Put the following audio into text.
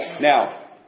Now